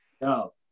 No